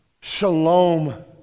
shalom